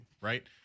right